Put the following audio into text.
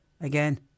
again